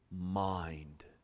mind